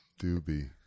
Doobie